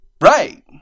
Right